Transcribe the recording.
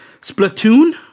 Splatoon